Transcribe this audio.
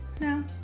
No